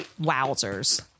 wowzers